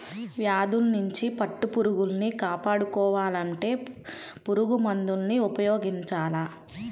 వ్యాధుల్నించి పట్టుపురుగుల్ని కాపాడుకోవాలంటే పురుగుమందుల్ని ఉపయోగించాల